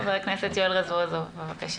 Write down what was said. חבר הכנסת יואל רזבוזוב, בבקשה.